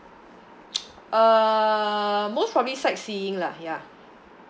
uh most probably sightseeing lah ya